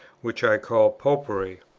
which i called popery.